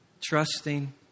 Trusting